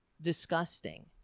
Disgusting